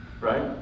Right